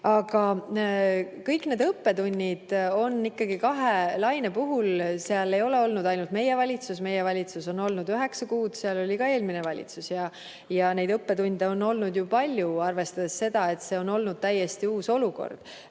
Aga kõik need õppetunnid on ikkagi kahe laine õppetunnid. Ametis ei ole olnud ainult meie valitsus, meie valitsus on ametis olnud üheksa kuud, enne oli eelmine valitsus. Ja neid õppetunde on olnud palju, arvestades seda, et see on olnud täiesti uus olukord,